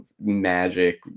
magic